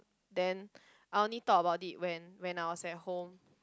then I only thought about it when when I was at home